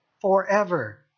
Forever